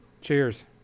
Cheers